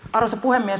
arvoisa puhemies